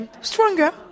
stronger